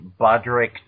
Bodrick